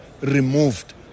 removed